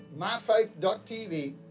myfaith.tv